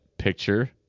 picture